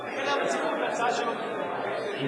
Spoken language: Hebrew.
אני הגשתי חינם לציבור הצעה, שהיא